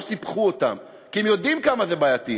לא סיפחו אותם, כי הם יודעים כמה זה בעייתי.